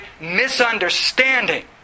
misunderstanding